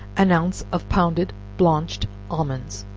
an ounce of pounded blanched almonds,